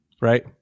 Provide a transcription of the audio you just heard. right